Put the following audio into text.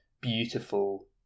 beautiful